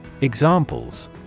Examples